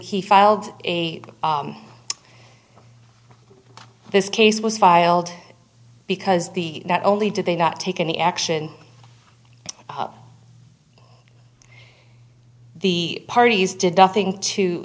he filed a this case was filed because the not only did they not take any action the parties did nothing to